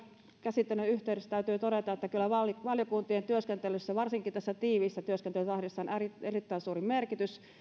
käsittelyn yhteydessä täytyy todeta että kyllä valiokuntien työskentelyllä varsinkin tässä tiiviissä työskentelytahdissa on erittäin suuri merkitys